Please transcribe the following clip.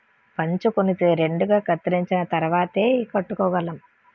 పంచకొనితే రెండుగా కత్తిరించిన తరువాతేయ్ కట్టుకోగలం